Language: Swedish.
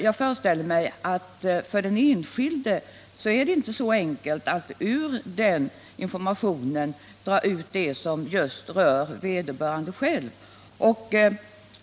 Jag föreställer mig att det för den enskilde inte är så enkelt att ur den informationen dra ut det som rör just vederbörande själv.